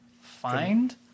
find